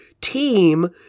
team